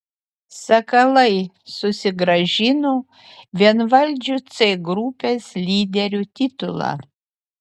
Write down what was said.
sakalai susigrąžino vienvaldžių c grupės lyderių titulą